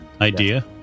idea